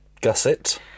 gusset